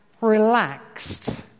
relaxed